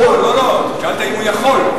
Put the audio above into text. לא לא, שאלת אם הוא יכול.